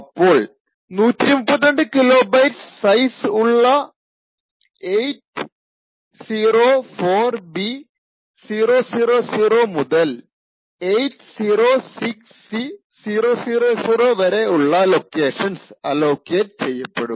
അപ്പോൾ 132 kilobytes size ഉള്ള 804b000 മുതൽ 806c000 വരെ ഉള്ള ലൊക്കേഷൻസ് അലോക്കേറ്റ് ചെയ്യപ്പെടും